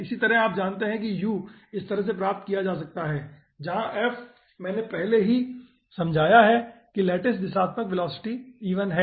इसी तरह से आप जानते हैं u इस तरह से प्राप्त किया जा सकता है जहां f मैंने पहले ही मैंने समझाया है कि लैटिस दिशात्मक वेलोसिटी ei है